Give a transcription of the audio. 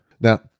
Now